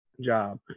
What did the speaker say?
job